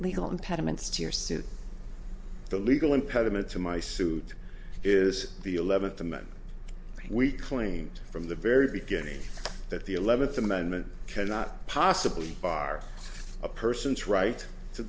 suit the legal impediment to my suit is the eleventh the men we claimed from the very beginning that the eleventh amendment cannot possibly bar a person's right to